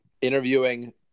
interviewing